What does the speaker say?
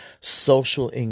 social